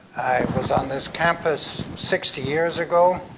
was on this campus sixty years ago,